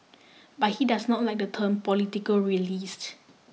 but he does not like the term political realist